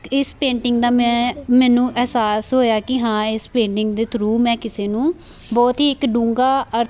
ਅਤੇ ਇਸ ਪੇਂਟਿੰਗ ਦਾ ਮੈਂ ਮੈਨੂੰ ਅਹਿਸਾਸ ਹੋਇਆ ਕਿ ਹਾਂ ਇਸ ਪੇਂਟਿੰਗ ਦੇ ਥਰੂ ਮੈਂ ਕਿਸੇ ਨੂੰ ਬਹੁਤ ਹੀ ਇੱਕ ਡੂੰਘਾ ਅਰਥ